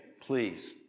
please